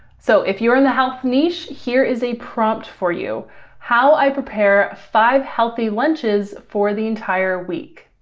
so if you're in the health niche, here is a prompt for you how i prepare five healthy lunches for the entire week.